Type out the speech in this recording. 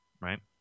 right